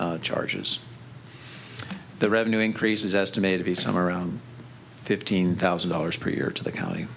who charges the revenue increases estimated be somewhere around fifteen thousand dollars per year to the county